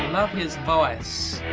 i love his voice.